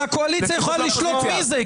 שהקואליציה יכולה לשלוט מי זה,